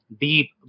deep